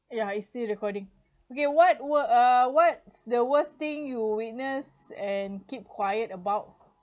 ya I see recording okay what wa~ what uh what's the worst thing you witness and keep quiet about